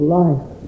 life